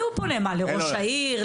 לראש העיר?